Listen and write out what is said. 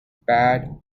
bad